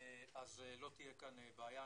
אז לא תהיה כאן בעיה.